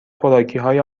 خوراکیهای